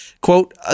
quote